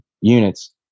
units